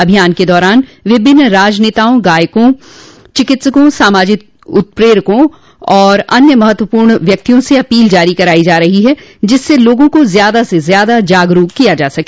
अभियान के दौरान विभिन्न राजनेताओं गायकों चिकित्सकों सामाजिक प्रेरकों और अन्य महत्वपूर्ण व्यक्तियों से अपील जारी कराई जा रही हैं जिससे लोगों को ज्यादा से ज्यादा जागरूक किया जा सके